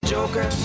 Joker